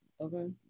Okay